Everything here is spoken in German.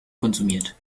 konsumiert